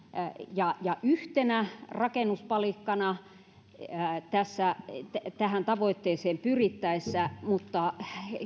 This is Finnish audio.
ja ja yhtenä rakennuspalikkana tähän tavoitteeseen pyrittäessä mutta